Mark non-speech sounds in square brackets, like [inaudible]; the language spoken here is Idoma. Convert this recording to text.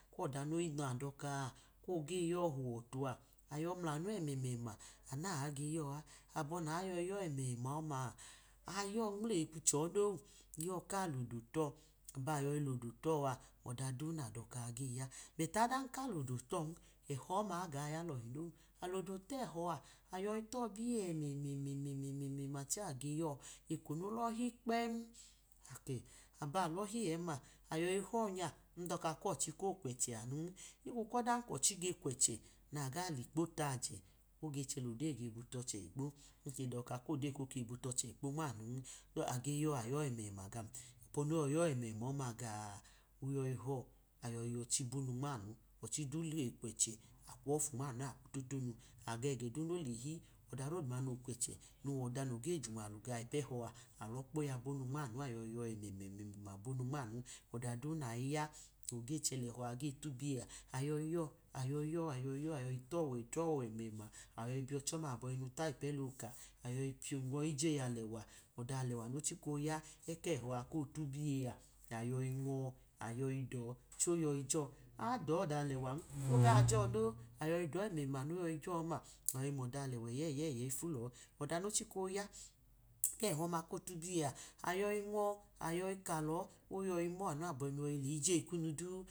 Ọda nadoka [unintelligible] koyi yọ họtu a ayọ mlamu ẹmẹmẹma, anu naga yọ abọ nageyiyọ ẹmẹma ọma, ayọ nmuleyikwu chọ non, yọ ka lodotọ aba yọyi lodo tọ a ọda du nadoka ge ya, odan ka lodo tọ ẹhọ ọma iga ya lọhi non, alodo tọ ẹhọ ayọyi tobiye ẹmẹmẹma chẹ age yọ eko molọhi kpen, akẹ alọhi ẹma aba-yọyi họ nya ndoka kochi kokwẹchẹ anun higbu kodan kochi ge kwẹchẹ naga likpo tajẹ, ochẹ lodeji ge butọchẹ ikpo, nke doka kodeyi ko butọchẹ ikpo nmanun, age yọ ga yo̱ ẹmẹma gan abo noyọyi yọ ẹmạma ọma gaa, oyi họ ayọyi họchi bonu nmanu, ọchi du le kwẹche akwoyi fu nmanu akwoyi totonu, age gadu no lehi ọda du ma nokwẹchẹ wọda noge junwahe nowọda noge junwalu ga ipu ẹhọ a, alọ kpoya bonu nmamu, ayọyi yọ ẹmẹmẹma bonu nmamu ọdadu nayi ya noge chẹ lẹhọ a ge tubije a ayọyi yọ, ayọyi yọ ayọyiyọ ayọyi tọwẹ tọ ẹmẹma, ayọyi biyọchẹ ọma aboyinu ta ipn ẹla ọka, ayọyi nwọ iye alẹwa, ọda alẹwa nochika oya eketrọ a kotubiye a ayọyi nwọ ayọyi dọ che oyọyi jọ, adọ ọda alẹwa ofa jọ no, [noise] ayọyi dọ ẹmẹma noyo̱yi jọ ọma ayọyi mọda alẹwa eyeyeyifu lọ, oda nochika oya kẹhọ ọma kotubiye a, ayọyi nwọ ayọyi ka lọ, oyọyi mọ nu abọyinu yọyi liijeui kunu du.